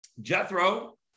Jethro